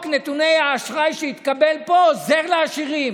שחוק נתוני האשראי שהתקבל פה עוזר לעשירים,